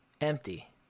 Empty